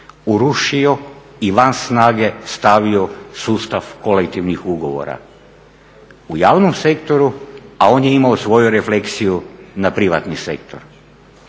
urušio i van snage stavio sustav kolektivnih ugovora, ugovora u javnom sektoru a on je imao svoju refleksiju u privatni sektor.